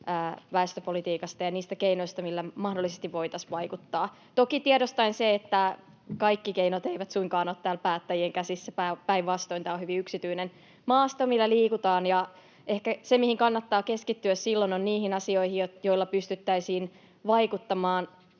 väestöpolitiikasta ja niistä keinoista, millä mahdollisesti voitaisiin vaikuttaa, toki tiedostaen se, että kaikki keinot eivät suinkaan ole täällä päättäjien käsissä — päinvastoin, tämä on hyvin yksityinen maasto, millä liikutaan, ja ehkä se, mihin kannattaa keskittyä silloin, ovat ne asiat, joilla pystyttäisiin vaikuttamaan